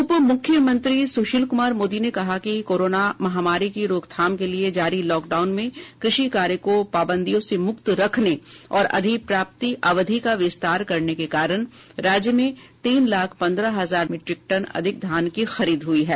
उप मुख्यमंत्री सुशील कुमार मोदी ने कहा है कि कोरोना महामारी की रोकथाम के लिए जारी लॉकडाउन में कृषि कार्य को पाबंदियों से मृक्त रखने और अधिप्राप्ति अवधि का विस्तार करने के कारण राज्य में तीन लाख पन्द्रह हजार लाख मीट्रिक टन अधिक धान की खरीद हुई है